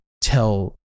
tell